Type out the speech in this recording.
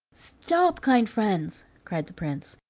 stop, kind friends! cried the prince.